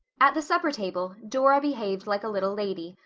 at the supper table dora behaved like a little lady,